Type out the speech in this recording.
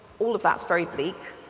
all of that's very bleak.